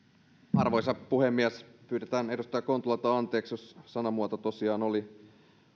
arvoisa puhemies pyydetään edustaja kontulalta anteeksi jos sanamuoto tosiaan oli